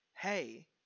Hey